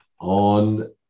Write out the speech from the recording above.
on